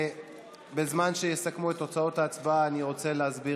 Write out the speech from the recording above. בזמן שיסכמו את תוצאות ההצבעה אני רוצה להסביר